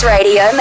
Radio